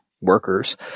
Workers